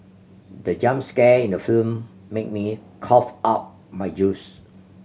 the jump scare in the film made me cough out my juice